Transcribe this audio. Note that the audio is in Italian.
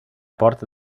porta